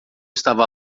estava